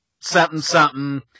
something-something